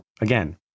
again